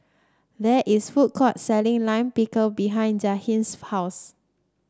there is food court selling Lime Pickle behind Jahiem's house